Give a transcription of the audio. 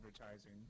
advertising